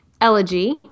Elegy